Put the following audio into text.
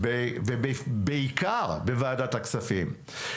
ובעיקר בוועדת הכספים.